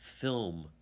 film